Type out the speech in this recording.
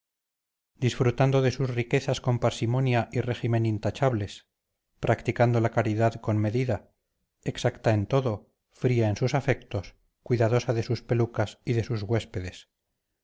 disfrutando de sus riquezas con parsimonia y régimen intachables practicando la caridad con medida exacta en todo fría en sus afectos cuidadosa de sus pelucas y de sus huéspedes